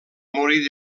morir